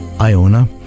Iona